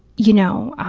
you know.